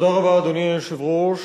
אדוני היושב-ראש,